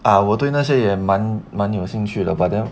啊我对那些也蛮蛮有兴趣的 but then